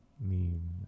meme